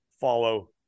follow